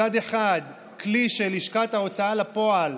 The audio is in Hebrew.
מצד אחד כלי שלשכת ההוצאה לפועל